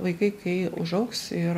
vaikai kai užaugs ir